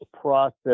process